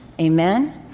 Amen